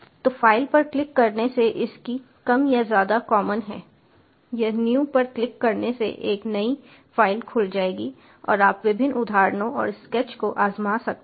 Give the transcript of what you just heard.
तो फ़ाइल पर क्लिक करने से इसकी कम या ज्यादा कॉमन है यह न्यू पर क्लिक करने से एक नई फ़ाइल खुल जाएगी और आप विभिन्न उदाहरणों और स्केच को आज़मा सकते हैं